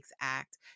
act